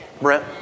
Brent